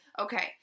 okay